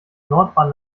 nordbahn